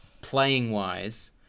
playing-wise